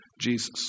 Jesus